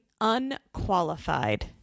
unqualified